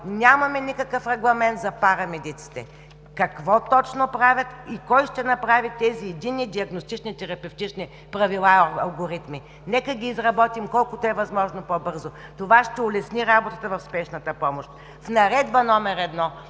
нямаме никакъв регламент за парамедиците – какво точно правят и кой ще направи тези единни диагностични, терапевтични правила и алгоритми. Нека ги изработим колкото е възможно по-бързо. Това ще улесни работата в спешната помощ. В Наредба № 1